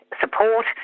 support